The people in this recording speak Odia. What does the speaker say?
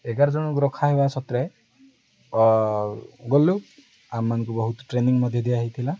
ଏଗାର ଜଣକୁ ରଖା ହେବା ସତ୍ତ୍ୱେ ଗଲୁ ଆମମାନଙ୍କୁ ବହୁତ ଟ୍ରେନିଂ ମଧ୍ୟ ଦିଆ ହଇଥିଲା